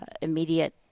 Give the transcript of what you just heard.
immediate